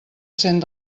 cent